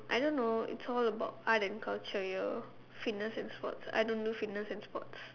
I don't know it's all about art and culture your fitness and sports I don't do fitness and sports